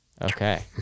okay